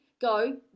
go